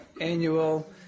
annual